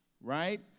right